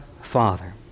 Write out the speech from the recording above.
Father